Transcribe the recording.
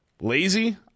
Lazy